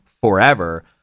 forever